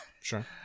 Sure